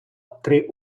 три